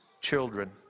children